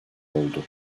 oldu